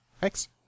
Thanks